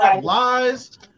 lies